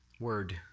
word